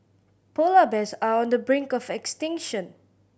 polar bears are on the brink of extinction